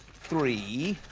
three,